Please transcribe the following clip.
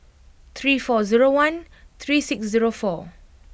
three four zero one three six zero four